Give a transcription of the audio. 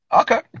Okay